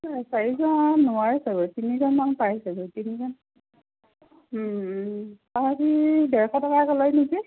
নাই চাৰিজন নোৱাৰে চাগৈ তিনিজন মান পাৰে চাগৈ তিনিজন তাহাঁতি ডেৰশ টকাকৈ লয় নেকি